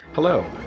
Hello